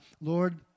Lord